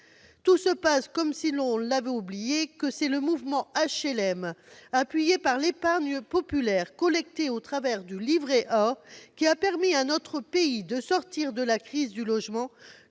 Tout se passe comme si l'on avait oublié que c'est le mouvement HLM, appuyé par l'épargne populaire collectée au travers du livret A, qui a permis à notre pays de sortir de la crise du logement